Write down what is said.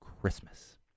Christmas